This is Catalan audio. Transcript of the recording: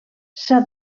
s’ha